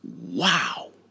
wow